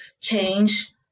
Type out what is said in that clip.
change